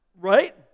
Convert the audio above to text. Right